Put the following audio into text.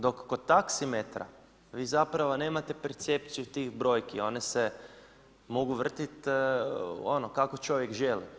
Dok kod taksimetra vi zapravo nemate percepciju tih brojki, one se mogu vrtit ono, kako čovjek želi.